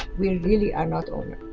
we really are not owners.